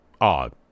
odd